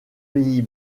pays